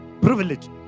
privilege